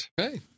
okay